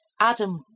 Adam